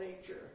nature